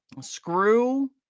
Screw